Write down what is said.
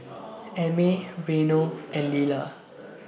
Amey Reino and Lilah